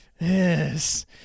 Yes